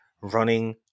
running